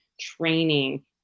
training